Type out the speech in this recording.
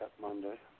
Monday